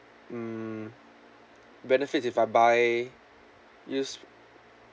hmm benefits if I buy use